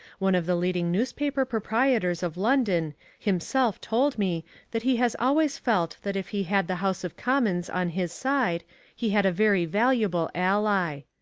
one of the leading newspaper proprietors of london himself told me that he has always felt that if he had the house of commons on his side he had a very valuable ally.